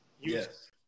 Yes